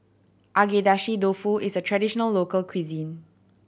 Agedashi Dofu is a traditional local cuisine